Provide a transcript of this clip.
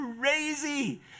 crazy